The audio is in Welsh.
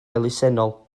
elusennol